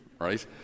right